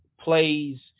plays